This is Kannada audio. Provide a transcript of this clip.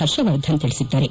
ಪರ್ಷವರ್ಧನ್ ತಿಳಿಸಿದ್ದಾರೆ